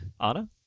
Anna